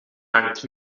hangt